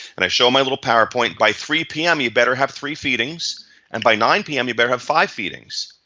and i show my little powerpoint, by three pm you better have three feedings and by nine pm, you better have five feedings.